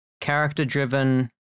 character-driven